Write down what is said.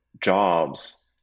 jobs